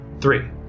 Three